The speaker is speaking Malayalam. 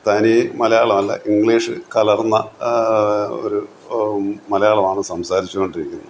തനി മലയാളം അല്ല ഇംഗ്ലീഷ് കലർന്ന ഒരു മലയാളമാണ് സംസാരിച്ചു കൊണ്ടിരിക്കുന്നത്